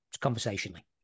conversationally